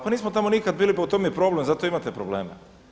Pa nismo tamo nikad bili, pa u tom je problem, zato imate problema.